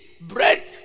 bread